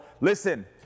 listen